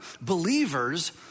believers